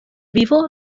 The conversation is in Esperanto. vivo